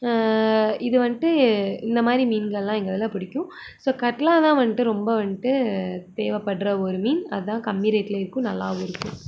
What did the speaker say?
இது வந்துட்டு இந்தமாதிரி மீன்கள்லாம் எங்கள் இதில் பிடிக்கும் ஸோ கட்லா தான் வந்துட்டு ரொம்ப வந்துட்டு தேவைப்படுற ஒரு மீன் அதான் கம்மி ரேட்லேயும் இருக்கும் நல்லாவும் இருக்கும்